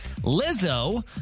Lizzo